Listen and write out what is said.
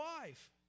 wife